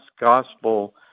gospel